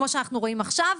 כמו שאנחנו רואים עכשיו,